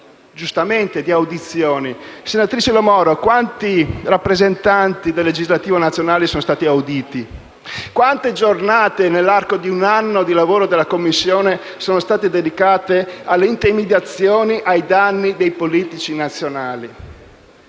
Senatrice Lo Moro, quanti rappresentanti delle Assemblee legislative nazionali sono stati auditi? Quante giornate, nell'arco di un anno di lavoro della Commissione, sono state dedicate alle intimidazioni ai danni dei politici nazionali?